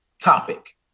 topic